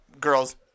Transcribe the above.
girls